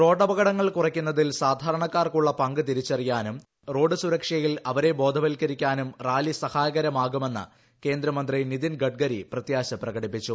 റോഡപകടങ്ങൾ കുറയ്ക്കുന്നതിൽ സാധാരണക്കാർക്കുള്ള പങ്ക് തിരിച്ചറിയാനും റോഡ് സുരക്ഷയിൽ അവരെ ബോധവത്കരിക്കാനും റാലി സഹായകരമാകുമെന്ന് കേന്ദ്രമന്ത്രി നിതിൻ ഗഡ്കരി പ്രത്യാശ പ്രകടിപ്പിച്ചു